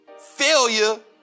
failure